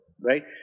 right